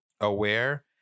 aware